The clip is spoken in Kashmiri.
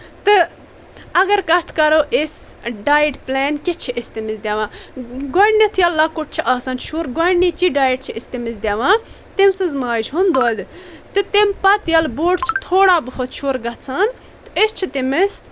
تہٕ اگر کتھ کرو أسۍ ڈایِٹ پلان کیٛاہ چھِ أسۍ تٔمِد دِوان گۄڈٕنٮ۪تھ ییٚلہِ لۄکُٹ چھُ آسان شُر گۄڈٕنچی ڈایٹ چھِ أسۍ تٔمِس دِوان تٔمۍ سٕنٛز ماجہِ ہُنٛد دۄد تہٕ تمہِ پتہٕ ییٚلہِ بوٚڈ تھوڑا بہت شُر گژھان تہٕ أسۍ چھِ تٔمِس